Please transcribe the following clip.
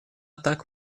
так